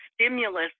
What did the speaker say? stimulus